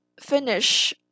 finish